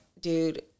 dude –